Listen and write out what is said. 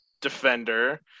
defender